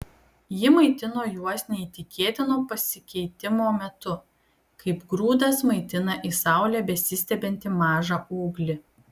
ji maitino juos neįtikėtino pasikeitimo metu kaip grūdas maitina į saulę besistiebiantį mažą ūglį